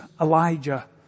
Elijah